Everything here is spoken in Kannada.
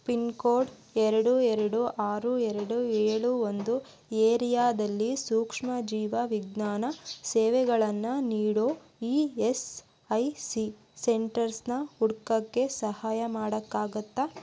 ಪಿನ್ ಕೋಡ್ ಎರಡು ಎರಡು ಆರು ಎರಡು ಏಳು ಒಂದು ಏರಿಯಾದಲ್ಲಿ ಸೂಕ್ಷ್ಮ ಜೀವ ವಿಜ್ಞಾನ ಸೇವೆಗಳನ್ನು ನೀಡೋ ಇ ಎಸ್ ಐ ಸಿ ಸೆಂಟರ್ಸ್ನ ಹುಡುಕೊಕ್ಕೆ ಸಹಾಯ ಮಾಡೋಕ್ಕಾಗುತ್ತಾ